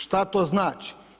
Šta to znači?